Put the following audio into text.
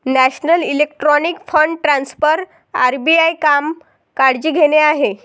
national electronic fund transfer RBI काम काळजी घेणे आहे